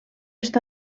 està